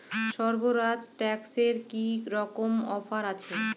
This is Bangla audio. স্বরাজ ট্র্যাক্টরে কি রকম অফার আছে?